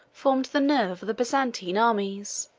formed the nerve of the byzantine armies.